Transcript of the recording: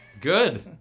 Good